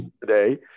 Today